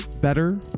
better